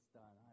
done